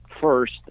first